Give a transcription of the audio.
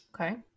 okay